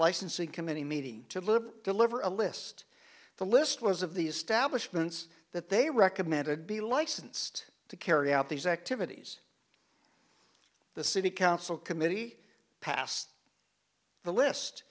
licencee committee meeting to deliver a list the list was of these stablish moments that they recommended be licensed to carry out these activities the city council committee passed the list